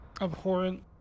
abhorrent